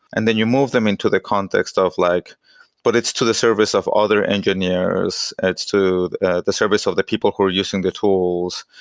and then you move them into the context of like but it's to the service of other engineers. it's to the service of the people who are using the tools,